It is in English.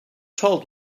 told